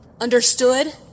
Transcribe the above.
Understood